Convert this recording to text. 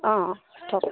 অঁ ধৰক